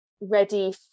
ready